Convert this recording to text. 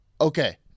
Okay